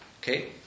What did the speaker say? Okay